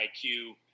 IQ